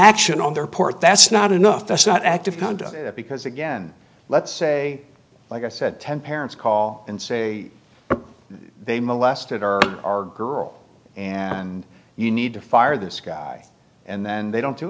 action on their part that's not enough that's not active conduct because again let's say like i said ten parents call and say they molested our our girl and you need to fire this guy and then they don't do